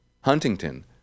Huntington